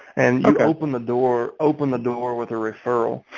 and you open the door, open the door with a referral.